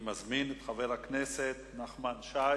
אני מזמין את חבר הכנסת נחמן שי.